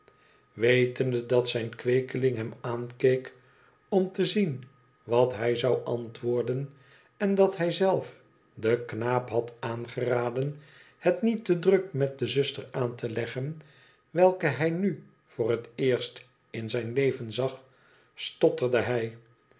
wetende dat zijn kweekeling hem aankeek om te zien wat hij zou antwoorden en dat hij zelfden knaap had aangeraden het niet te druk met de znster aan te leggen welke hij nu voor het eerst in zijn leven zag stotterde hij